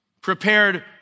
prepared